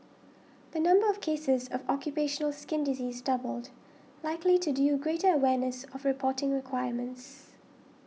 the number of cases of occupational skin disease doubled likely to due greater awareness of reporting requirements